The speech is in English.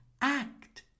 act